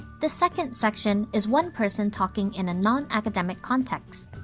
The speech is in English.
the second section is one person talking in a non-academic context.